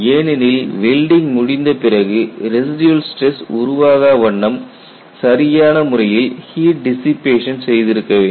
ஏனெனில் வெல்டிங் முடிந்த பிறகு ரெசிடியல் ஸ்டிரஸ் உருவாகா வண்ணம் சரியான முறையில் ஹீட் டிசிபேஷன் செய்திருக்க வேண்டும்